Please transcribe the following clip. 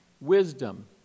wisdom